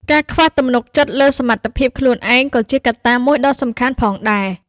ការខ្វះទំនុកចិត្តលើសមត្ថភាពខ្លួនឯងក៏ជាកត្តាមួយដ៏សំខាន់ផងដែរ។